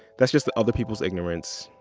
that's just the other people's ignorance.